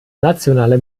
nationale